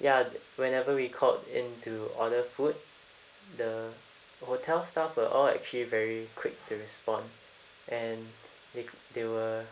ya whenever we called in to order food the hotel staff were all actually very quick to respond and they they were